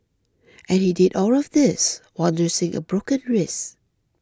and he did all of this while nursing a broken wrist